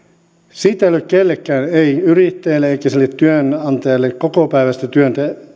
ei ole kellekään ei yrittäjälle eikä sille työnantajalle kokopäiväistä työtä